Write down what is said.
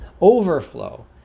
overflow